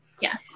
Yes